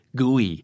gooey